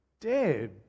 dead